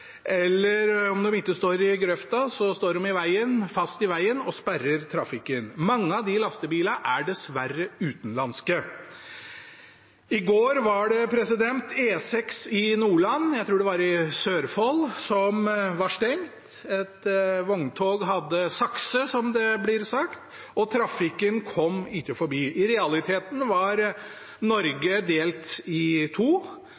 eller om de ikke står i grøfta, står de fast i vegen og sperrer trafikken. Mange av de lastebilene er dessverre utenlandske. I går var det E6 i Nordland, jeg tror det var i Sørfold, som var stengt. Et vogntog hadde sakset, som det blir sagt, og trafikken kom ikke forbi. I realiteten var Norge delt i to.